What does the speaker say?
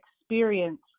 experience